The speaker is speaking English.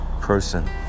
person